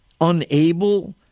unable